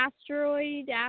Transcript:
asteroid